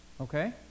Okay